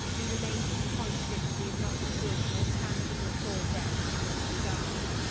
we remain disappointed that we have not observed more tangible progress in this regard.